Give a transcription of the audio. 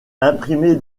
imprimée